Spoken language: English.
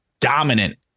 dominant